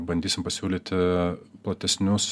bandysim pasiūlyti platesnius